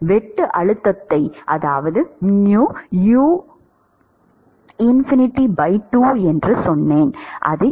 வெட்டு அழுத்தத்தை சொன்னேன்